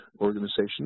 organization